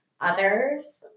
others